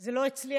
זה לא הצליח,